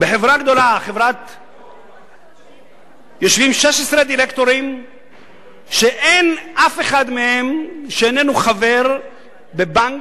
בחברה גדולה יושבים 16 דירקטורים שאין אף אחד מהם שאיננו חבר בבנק,